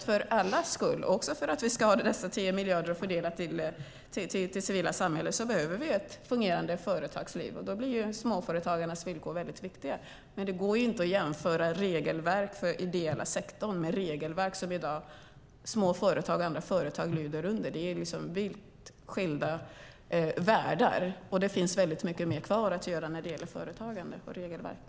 För allas skull, också för att vi ska ha dessa 10 miljarder att fördela till det civila samhället, behöver vi ett fungerande företagsliv. Då blir småföretagarnas villkor väldigt viktiga. Det går inte att jämföra regelverk för den ideella sektorn med regelverk som små företag och andra företag i dag lyder under. Det är vitt skilda världar. Det finns mycket mer kvar att göra när det gäller företagandet och regelverket.